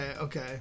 okay